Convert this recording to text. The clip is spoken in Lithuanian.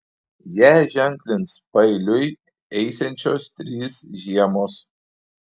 ją ženklins paeiliui eisiančios trys žiemos